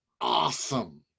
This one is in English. awesome